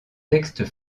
textes